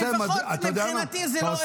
לפחות מבחינתי זה לא אפס מקרים.